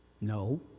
no